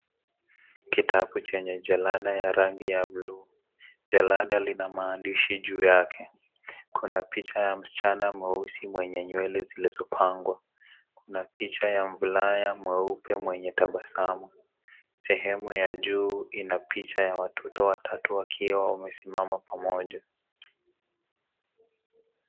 Kitabu chenye jalada ya rangi ya blue. Jalada lina maandishi juu yake. Kuna picha ya msichana mweusi mwenye nywele zilizopangwa. Kuna picha ya mvulana mweupe mwenye tabasamu. Sehemu ya juu ina picha ya watoto watatu wakiwa wamesimama pamoja.